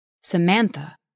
Samantha